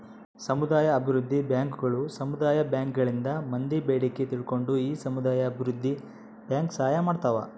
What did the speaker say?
ಸಮುದಾಯ ಅಭಿವೃದ್ಧಿ ಬ್ಯಾಂಕುಗಳು ಸಮುದಾಯ ಬ್ಯಾಂಕ್ ಗಳಿಂದ ಮಂದಿ ಬೇಡಿಕೆ ತಿಳ್ಕೊಂಡು ಈ ಸಮುದಾಯ ಅಭಿವೃದ್ಧಿ ಬ್ಯಾಂಕ್ ಸಹಾಯ ಮಾಡ್ತಾವ